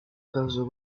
casó